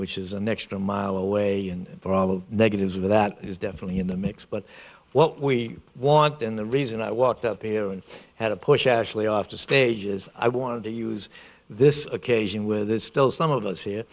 which is an extra mile away and probably negatives of that is definitely in the mix but what we want and the reason i walked out there and had a push ashley off the stage is i want to use this occasion where there's still some of us here